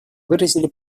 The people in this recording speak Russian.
выразили